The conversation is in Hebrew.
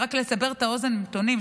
רק לסבר את האוזן בנתונים,